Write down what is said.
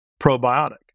probiotic